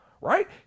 Right